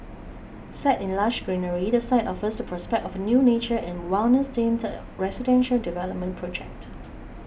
set in lush greenery the site offers the prospect of a new nature and wellness themed residential development project